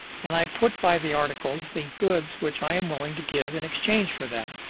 and i put by the articles the goods which i am willing to give in exchange for them.